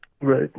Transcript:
Right